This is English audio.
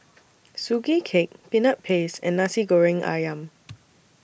Sugee Cake Peanut Paste and Nasi Goreng Ayam